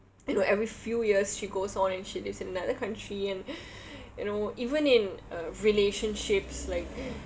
you know every few years she goes on and she lives in another country and you know even in uh relationships like